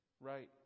Right